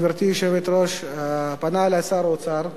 גברתי היושבת-ראש, פנה אלי שר האוצר,